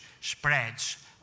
spreads